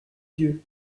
dieu